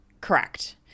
Correct